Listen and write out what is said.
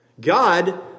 God